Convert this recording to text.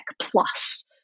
Plus